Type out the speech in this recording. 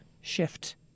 shift